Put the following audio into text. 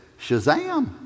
Shazam